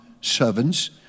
servants